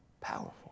Powerful